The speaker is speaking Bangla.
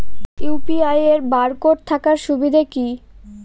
ইউ.পি.আই এর বারকোড থাকার সুবিধে কি?